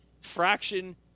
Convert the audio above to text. fraction